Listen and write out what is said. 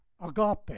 agape